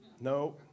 No